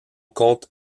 compte